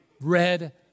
red